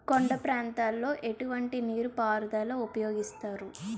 కొండ ప్రాంతాల్లో ఎటువంటి నీటి పారుదల ఉపయోగిస్తారు?